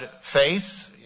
faith